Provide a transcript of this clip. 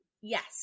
Yes